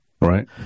Right